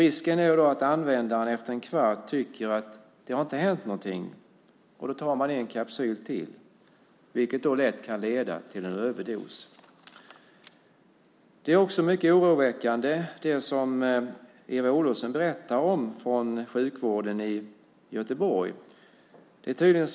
Risken är då att användaren efter en kvart tycker att det inte har hänt något och då tar en kapsyl till, vilket lätt kan leda till en överdos. Det som Eva Olofsson berättar om från sjukvården i Göteborg är mycket oroväckande.